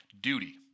duty